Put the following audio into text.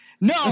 no